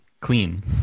clean